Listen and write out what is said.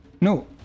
no